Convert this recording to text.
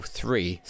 three